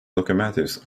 locomotives